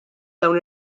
dawn